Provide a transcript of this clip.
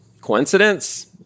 Coincidence